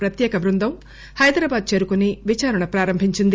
ప్రత్యేక బృందం హైదరాబాద్ చేరుకొని విచారణ ప్రారంభించింది